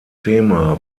thema